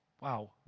Wow